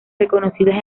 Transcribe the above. reconocidas